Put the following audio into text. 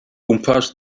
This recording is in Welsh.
gwmpas